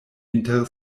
inter